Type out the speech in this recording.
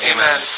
Amen